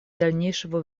дальнейшего